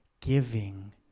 Giving